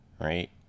right